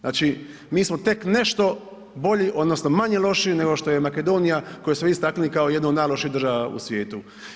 Znači mi smo tek nešto bolji odnosno manje loši nego što je Makedonija koju ste vi istaknuli kao jednu od najlošijih država u svijetu.